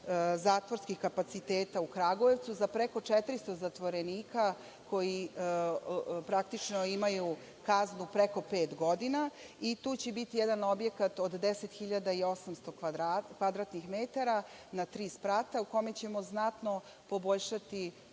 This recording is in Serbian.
zatvorskih kapaciteta u Kragujevcu za preko 400 zatvorenika koji praktično imaju kaznu preko pet godina i tu će biti jedan objekat od 10.800 kvadratnih metara na tri sprata, kojim ćemo znatno poboljšati